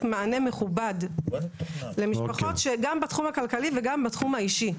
מענה מכובד למשפחות גם בתחום הכלכלי וגם בתחום אישי,